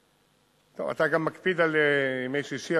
אתה גם מקפיד על ימי שישי,